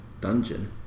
dungeon